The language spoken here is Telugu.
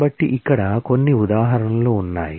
కాబట్టి ఇక్కడ కొన్ని ఉదాహరణలు ఉన్నాయి